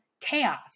chaos